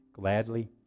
gladly